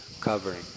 covering